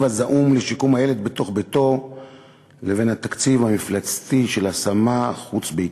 הזעום לשיקום הילד בתוך ביתו לבין התקציב המפלצתי של השמה חוץ-ביתית?